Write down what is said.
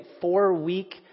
four-week